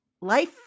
Life